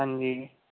ਹਾਂਜੀ